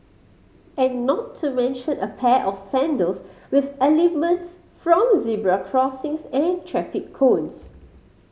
and not to mention a pair of sandals with elements from zebra crossings and traffic cones